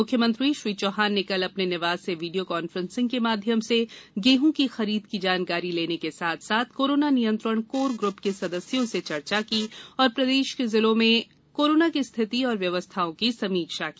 मुख्यमंत्री श्री चौहान ने कल अपने निवास से वीडियो कॉन्फ्रेंसिंग के माध्यम से गेहूं की खरीद की जानकारी लेने के साथ साथ कोरोना नियंत्रण कोर ग्रप के सदस्यों से चर्चा की तथा प्रदेश के जिलों में कोरोना की स्थिति एवं व्यवस्थाओं की समीक्षा की